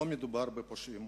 לא מדובר בפושעים